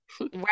Right